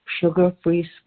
sugar-free